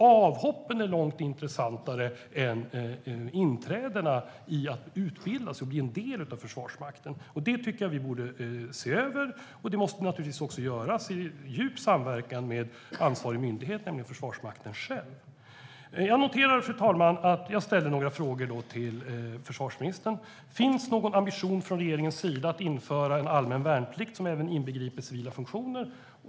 Avhoppen är långt intressantare än inträdena för att utbildas och bli en del av Försvarsmakten. Det tycker jag att vi borde se över, och det måste naturligtvis göras i djup samverkan med ansvarig myndighet, nämligen Försvarsmakten. Jag ställde, fru talman, några frågor till försvarsministern. Min första fråga var: Finns det någon ambition från regeringens sida att införa en allmän värnplikt som även inbegriper civila funktioner?